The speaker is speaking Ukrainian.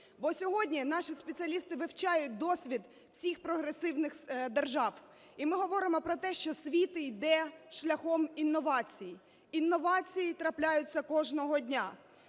бо сьогодні наші спеціалісти вивчають досвід всіх прогресивних держав. І ми говоримо про те, що світ йде шляхом інновацій. Інновації трапляються кожного дня.